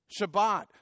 Shabbat